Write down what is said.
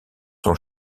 son